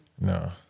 No